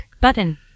button